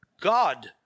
God